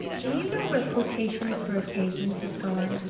do you know where quotations for occasions has gone?